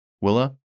Willa